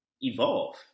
evolve